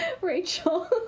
Rachel